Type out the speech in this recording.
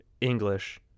English